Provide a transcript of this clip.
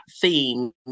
theme